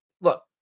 Look